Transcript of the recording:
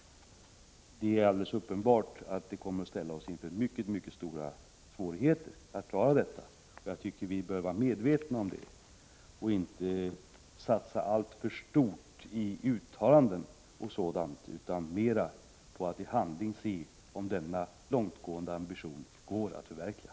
Det är alldeles uppenbart att vi kommer att ställas inför mycket stora svårigheter för att klara detta. Vi bör vara medvetna om det och inte satsa alltför mycket i uttalanden m.m., utan mera på att i handling se om denna långtgående ambition kan förverkligas.